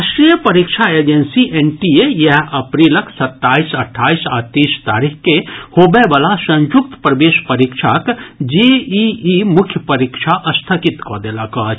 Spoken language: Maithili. राष्ट्रीय परीक्षा एजेंसी एनटीए इएह अप्रीलक सताईस अठाईस आ तीस तारीख के होबयवला संयुक्त प्रवेश परीक्षाक जेईई मुख्य परीक्षा स्थगित कऽ देलक अछि